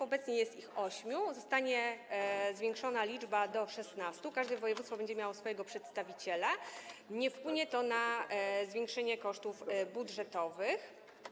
Obecnie jest ich ośmiu, ta liczba zostanie zwiększona do szesnastu, tak że każde województwo będzie miało swojego przedstawiciela, nie wpłynie to na zwiększenie kosztów budżetowych.